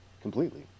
completely